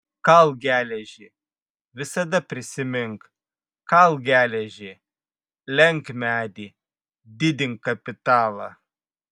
kalk geležį visada prisimink kalk geležį lenk medį didink kapitalą